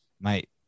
mate